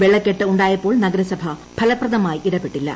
വെള്ളക്കെട്ട് ഉണ്ടായപ്പോൾ നഗരസഭ ഫലപ്രദമായി ഇടപെട്ടില്ല